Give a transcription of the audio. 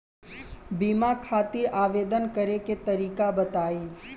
बीमा खातिर आवेदन करे के तरीका बताई?